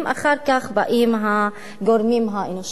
ואחר כך באים הגורמים האנושיים.